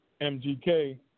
MGK